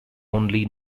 only